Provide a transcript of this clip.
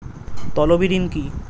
তলবি ঋন কি?